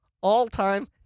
all-time